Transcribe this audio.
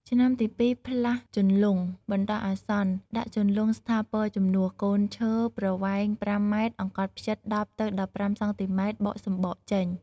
ឆ្នាំទីពីរផ្លាស់ជន្លង់បណ្តោះអាសន្ន ដាក់ជន្លង់ស្ថាពរជំនួស កូនឈើប្រវែង ៥ម អង្កត់ផ្ចិត ១០ទៅ១៥សង់ទីម៉ែត្រ បកសំបកចេញ។